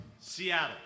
Seattle